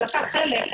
שלקח חלק: